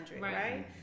right